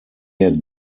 had